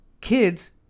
kids